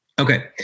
okay